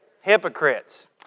hypocrites